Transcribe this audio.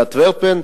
באנטוורפן,